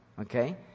okay